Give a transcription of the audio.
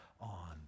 on